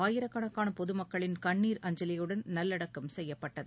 ஆயிரக்கணக்கான பொதுமக்களின் கண்ணீர் அஞ்சலியுடன் நல்லடக்கம் செய்யப்பட்டது